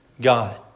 God